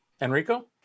Enrico